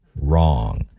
wrong